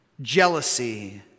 Jealousy